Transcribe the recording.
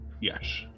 yes